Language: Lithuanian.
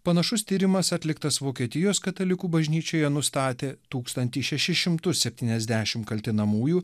panašus tyrimas atliktas vokietijos katalikų bažnyčioje nustatė tūkstantų šešis šimtus septyniasdešimt kaltinamųjų